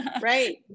Right